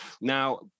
Now